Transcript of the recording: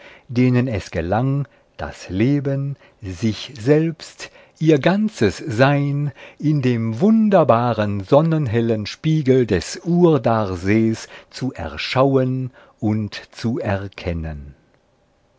denen es gelang das leben sich selbst ihr ganzes sein in dem wunderbaren sonnenhellen spiegel des urdarsees zu erschauen und zu erkennen